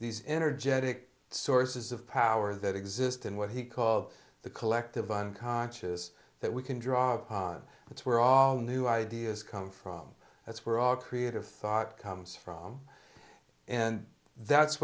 these energetic sources of power that exist in what he called the collective unconscious that we can draw upon that's where all new ideas come from that's where all creative thought comes from and that's